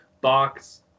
box